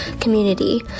community